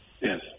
yes